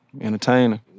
Entertainer